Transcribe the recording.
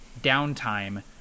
downtime